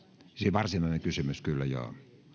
varsinainen kysymys kyllä